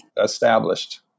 established